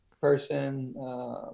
person